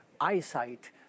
eyesight